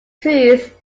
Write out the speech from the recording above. truth